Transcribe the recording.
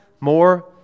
More